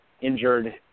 injured